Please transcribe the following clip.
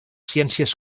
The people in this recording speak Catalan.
ciències